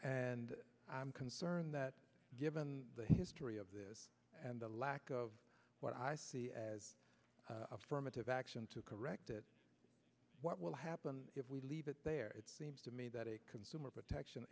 and i'm concerned that given the history of this and the lack of what i see as affirmative action to correct it what will happen if we leave it there it seems to me that a consumer protection